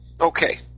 okay